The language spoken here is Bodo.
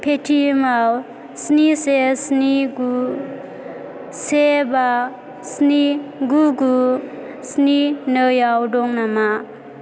पेटिएमआव स्नि से स्नि गु से बा स्नि गु गु स्नि नैआव दं नामा